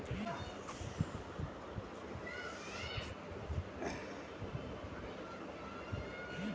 gas भइल बा तअ मुरई खा लेहला से आराम मिली